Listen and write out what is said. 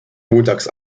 montags